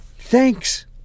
Thanks